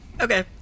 Okay